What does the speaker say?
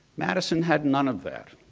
madison had none of that.